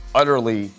utterly